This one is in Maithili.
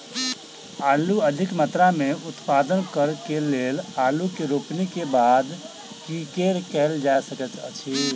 आलु अधिक मात्रा मे उत्पादन करऽ केँ लेल आलु केँ रोपनी केँ बाद की केँ कैल जाय सकैत अछि?